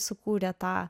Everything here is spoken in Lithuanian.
sukūrė tą